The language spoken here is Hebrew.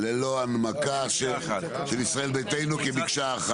ללא הנמקה, של "ישראל ביתנו" כמקשה אחת.